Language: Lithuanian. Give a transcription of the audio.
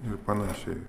ir panašiai